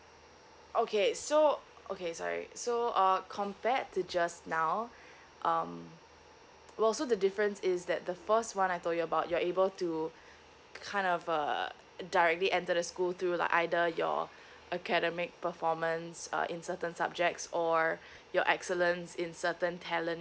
okay so okay sorry so uh compared to just now um well so the difference is that the first one I told you about you're able to kind of uh directly enter the school through like either your academic performance uh in certain subjects or your excellence in certain talent